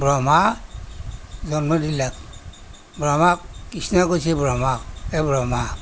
ব্ৰহ্মা জন্ম দিলাক ব্ৰহ্মাক কৃষ্ণই কৈছে ব্ৰহ্মাক এ ব্ৰহ্মা